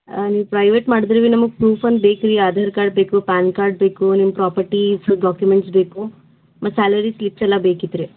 ನೀವು ಪ್ರೈವೇಟ್ ಮಾಡಿದ್ರೆ ಭೀ ನಮಗೆ ಪ್ರೂಫ್ ಒಂದು ಬೇಕು ರೀ ಆಧಾರ್ ಕಾರ್ಡ್ ಬೇಕು ಪ್ಯಾನ್ ಕಾರ್ಡ್ ಬೇಕು ನಿಮ್ಮ ಪ್ರಾಪರ್ಟಿ ಫುಲ್ ಡಾಕ್ಯುಮೆಂಟ್ಸ್ ಬೇಕು ಮತ್ತು ಸ್ಯಾಲರಿ ಸ್ಲಿಪ್ಸ್ ಎಲ್ಲ ಬೇಕಿತ್ತು ರೀ